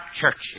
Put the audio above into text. churches